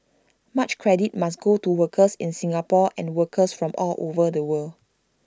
much credit must go to workers in Singapore and workers from all over the world